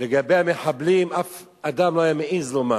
לגבי המחבלים אף אדם לא היה מעז לומר.